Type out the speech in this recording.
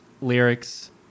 lyrics